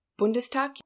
Bundestag